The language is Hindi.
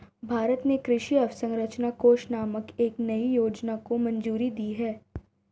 भारत ने कृषि अवसंरचना कोष नामक एक नयी योजना को मंजूरी दी है